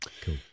cool